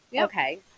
Okay